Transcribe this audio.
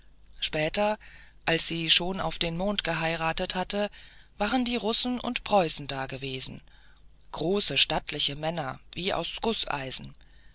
später als sie schon auf den mond geheiratet hatte waren die russen und preußen dagewesen große stattliche männer wie aus gußeisen